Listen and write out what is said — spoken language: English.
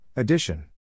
Addition